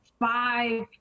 five